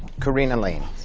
corinna lain.